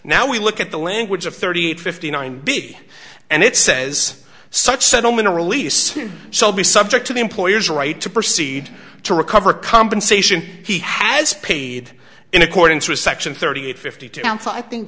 now we look at the language of thirty eight fifty nine b and it says such settlement release shall be subject to the employer's right to proceed to recover compensation he has paid in accordance with section thirty eight fifty two counsel i think